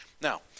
Now